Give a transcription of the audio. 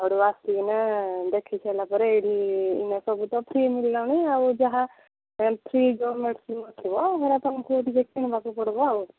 ସେଉଛୁ ଆସିକିନା ଦେଖାଇ ସାଇଲାପରେ ଏଇଠି ଏଇନେ ସବୁ ତ ଫ୍ରି ମିଳିଲାଣି ଆଉ ଯାହା ଫ୍ରି ମେଡିସିନ୍ଗୁଡ଼ା ଥିବ ସେଇଟା ତୁମକୁ ପଡ଼ିବ ଆଉ